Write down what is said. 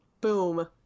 boom